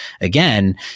Again